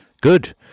Good